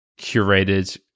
curated